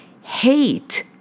hate